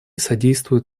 содействуют